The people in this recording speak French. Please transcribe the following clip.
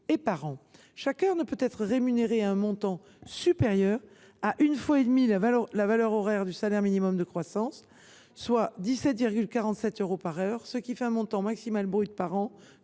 Chaque heure ne peut être rémunérée à un montant supérieur à une fois et demie la valeur horaire du Smic, soit 17,47 euros, ce qui fait un montant maximal brut par an